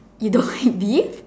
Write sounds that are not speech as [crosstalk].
you don't [laughs] like beef